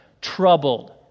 troubled